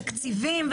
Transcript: תקציבים,